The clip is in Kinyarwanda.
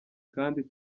kandi